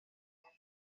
wener